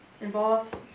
involved